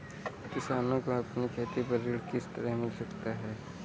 किसानों को अपनी खेती पर ऋण किस तरह मिल सकता है?